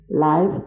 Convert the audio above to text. life